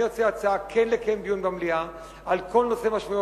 אני מציע כן לקיים דיון במליאה על כל משמעויות